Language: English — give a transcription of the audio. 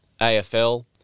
AFL